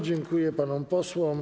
Dziękuję panom posłom.